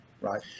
Right